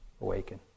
awaken